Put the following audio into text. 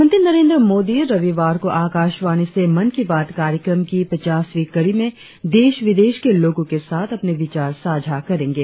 प्रधानमंत्री नरेंद्र मोदी रविवार को आकाशवाणी से मन की बात कार्यक्रम की पचासवीं कड़ी में देश विदेश के लोगों के साथ अपने विचार साझा करेंगे